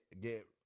get